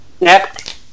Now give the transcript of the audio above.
Next